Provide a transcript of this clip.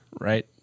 right